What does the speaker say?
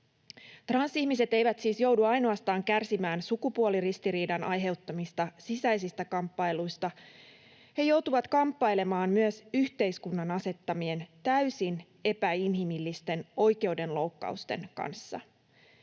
Transihmiset eivät siis joudu ainoastaan kärsimään sukupuoliristiriidan aiheuttamista sisäisistä kamppailuista, he joutuvat kamppailemaan myös yhteiskunnan asettamien täysin epäinhimillisten oikeudenloukkausten kanssa.